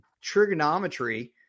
trigonometry